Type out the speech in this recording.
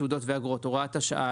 תעודות ואגרות) (הוראת שעה),